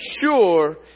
sure